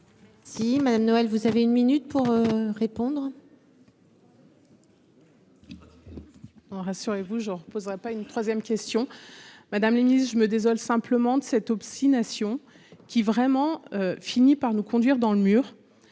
Madame Noël, vous avez une minute pour répondre.